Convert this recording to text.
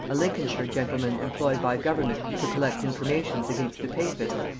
a lincolnshire gentleman employed by government to collect informations against the papists,